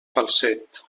falset